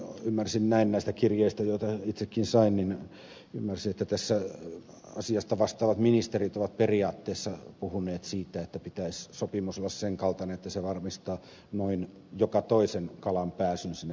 ymmärsin näin näistä kirjeistä joita itsekin sain että tässä asiasta vastaavat ministerit ovat periaatteessa puhuneet siitä että pitäisi sopimuksen olla sen kaltainen että se varmistaa noin joka toisen kalan pääsyn sinne kutualueelle